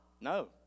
no